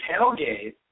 tailgate